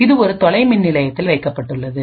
இது ஒரு தொலை மின் நிலையத்தில் வைக்கப்பட்டுள்ளது